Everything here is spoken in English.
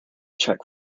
czech